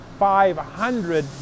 500